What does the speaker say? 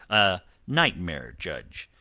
a nightmare judge.